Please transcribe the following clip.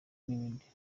n’ibindi